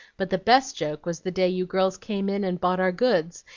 but the best joke was the day you girls came in and bought our goods,